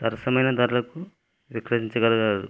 సరసమైన ధరలకు విక్రయించగలిగారు